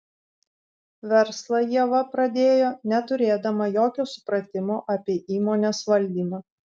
verslą ieva pradėjo neturėdama jokio supratimo apie įmonės valdymą